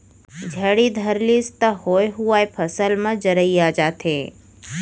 झड़ी धर लिस त होए हुवाय फसल म जरई आ जाथे